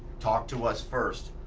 talk to us first.